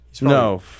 No